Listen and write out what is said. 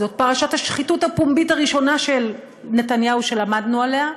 זאת פרשת השחיתות הפומבית הראשונה של נתניהו שלמדנו עליה,